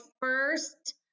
first